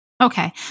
Okay